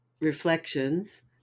reflections